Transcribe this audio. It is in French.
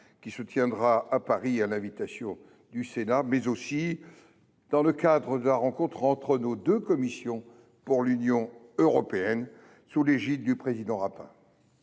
qui se tiendra à Paris, à l’invitation du Sénat, mais aussi dans le cadre de la rencontre entre nos deux commissions des affaires européennes, sous l’égide de Jean François Rapin.